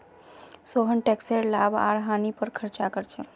सोहन टैकसेर लाभ आर हानि पर चर्चा कर छेक